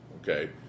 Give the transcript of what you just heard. okay